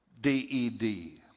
D-E-D